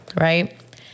Right